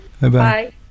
Bye-bye